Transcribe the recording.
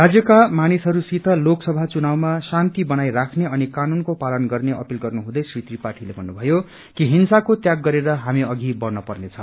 राज्यका मानिसहरूसित लोकसभा चुनाउमा शान्ति बनाई राख्ने अनि कानूनको पालन गर्ने अपिल गर्नु हुँदै श्री त्रिपाठीले भन्नुभयो कि हिंसाको त्याग गरेर हामी अघि बढ़नपर्नेछ